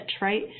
right